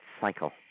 cycle